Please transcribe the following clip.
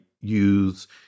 use